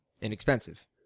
inexpensive